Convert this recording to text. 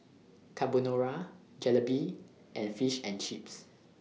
Carbonara Jalebi and Fish and Chips